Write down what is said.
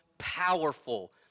powerful